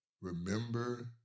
Remember